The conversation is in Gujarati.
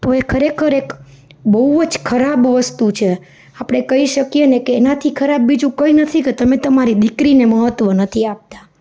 તો એ ખરેખર એક બહુ જ ખરાબ વસ્તુ છે આપણે કહી શકીએને કે એનાથી ખરાબ બીજું કંઈ નથી કે તમે તમારી દીકરીને મહત્વ નથી આપતા